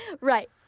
Right